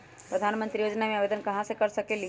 प्रधानमंत्री योजना में आवेदन कहा से कर सकेली?